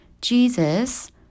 Jesus